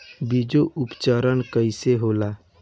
बीजो उपचार कईसे होला?